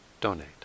donate